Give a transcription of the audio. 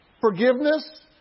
forgiveness